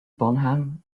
bonham